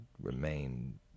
remain